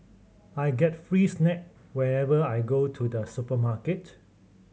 I get free snack whenever I go to the supermarket